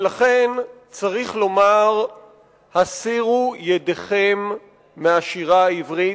ולכן צריך לומר לצנזורים למיניהם: הסירו ידיכם מהשירה העברית,